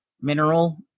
mineral